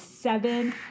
seven